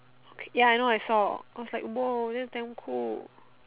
okay I know I saw I was like !whoa! that's damn cool